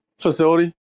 facility